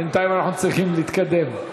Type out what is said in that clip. בינתיים אנחנו צריכים להתקדם.